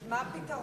אז מה הפתרון?